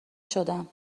شدم